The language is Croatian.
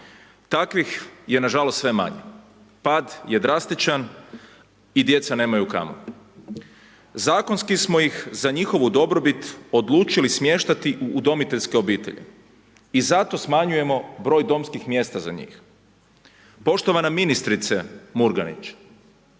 takvih je nažalost sve manje, pad je drastičan i djeca nemaju kamo. Zakonski smo ih za njihovo dobrobit odlučili smještati u udomiteljske obitelji i zato smanjujemo broj domskih mjesta za njih. Poštovana ministrice Murganić